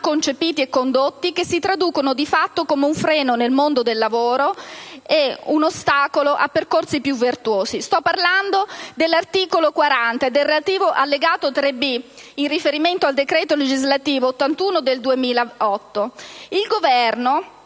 concepiti e condotti, che si traducono di fatto in un freno nel mondo del lavoro e in un ostacolo a percorsi più virtuosi. Sto parlando dell'articolo 40, e del relativo allegato 3B, del decreto legislativo n. 81 del 2008. Il Governo